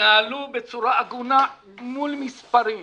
תתנהלו בצורה הגונה מול מספרים.